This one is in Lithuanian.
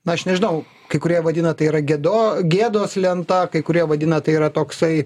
na aš nežinau kai kurie vadina tai yra gėdo gėdos lenta kai kurie vadina tai yra toksai